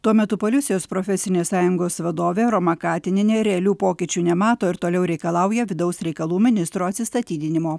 tuo metu policijos profesinės sąjungos vadovė roma katinienė realių pokyčių nemato ir toliau reikalauja vidaus reikalų ministro atsistatydinimo